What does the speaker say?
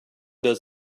does